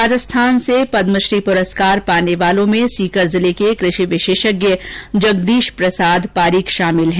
राजस्थान से पदमश्री पुरस्कार पाने वालों में सीकर जिले के कृषि विशेषज्ञ जगदीश प्रसाद पारीक शामिल हैं